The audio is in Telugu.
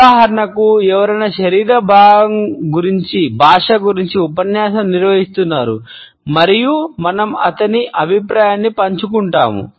ఉదాహరణకు ఎవరైనా శరీర భాష గురించి ఉపన్యాసం నిర్వహిస్తున్నారు మరియు మనం అతని అభిప్రాయాన్ని పంచుకుంటాము